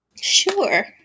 sure